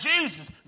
Jesus